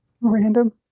Random